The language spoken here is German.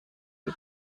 die